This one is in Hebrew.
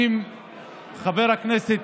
אם חבר הכנסת